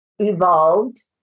evolved